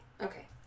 Okay